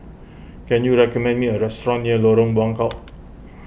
can you recommend me a restaurant near Lorong Buangkok